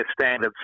standards